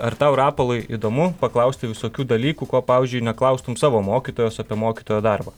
ar tau rapolai įdomu paklausti visokių dalykų ko pavyzdžiui neklaustum savo mokytojos apie mokytojo darbą